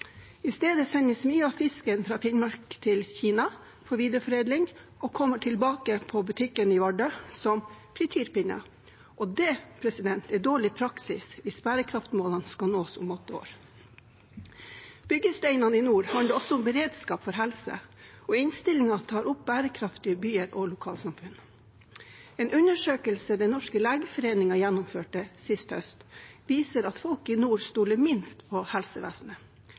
I stedet sendes mye av fisken fra Finnmark til Kina for videreforedling og kommer tilbake på butikken i Vardø som frityrpinner – og det er dårlig praksis hvis bærekraftsmålene skal nås om åtte år. Byggesteinene i nord handler også om beredskap for helse, og innstillingen tar opp bærekraftige byer og lokalsamfunn. En undersøkelse Den norske legeforening gjennomførte sist høst, viser at folk i nord stoler minst på helsevesenet.